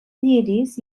lliris